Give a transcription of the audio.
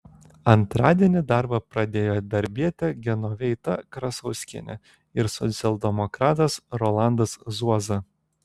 antradienį darbą pradėjo darbietė genoveita krasauskienė ir socialdemokratas rolandas zuoza